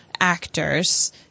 actors